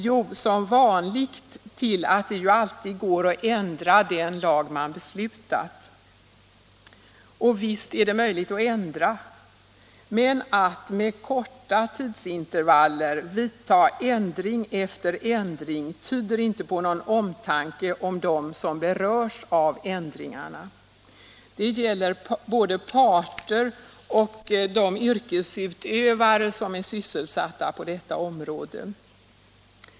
Jo, som vanligt till att det ju alltid går att ändra den lag man beslutat. Och visst är det möjligt att ändra. Men att med korta tidsintervaller vidta ändring efter ändring tyder inte på någon omtanke om dem som berörs av ändringarna. Det gäller både parter och de yrkesutövare som är sysselsatta på detta område.